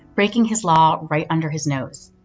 breaking his law right under his nose.